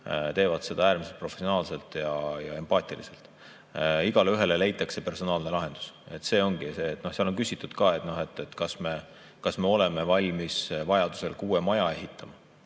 teevad seda äärmiselt professionaalselt ja empaatiliselt. Igaühele leitakse personaalne lahendus. See ongi see. Seal on ka küsitud, kas me oleme valmis vajaduse korral uue maja ehitama,